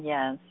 Yes